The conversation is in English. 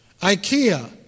Ikea